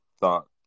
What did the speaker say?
thought